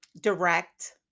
direct